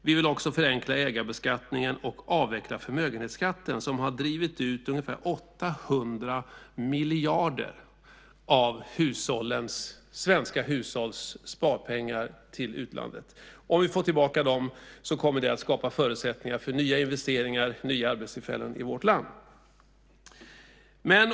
Vi vill också förenkla ägarbeskattningen och avveckla förmögenhetsskatten som har drivit ut ungefär 800 miljarder av svenska hushålls sparpengar till utlandet. Om vi får tillbaka dem kommer det att skapa förutsättningar för nya investeringar och nya arbetstillfällen i vårt land.